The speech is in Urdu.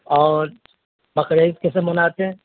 اور بقرعید کیسے مناتے ہیں